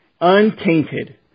Untainted